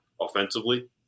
offensively